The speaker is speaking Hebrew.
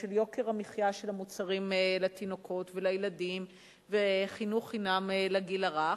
של יוקר המחיה של המוצרים לתינוקות ולילדים וחינוך חינם לגיל הרך,